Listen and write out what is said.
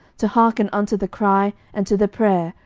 to hearken unto the cry and to the prayer,